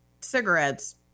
cigarettes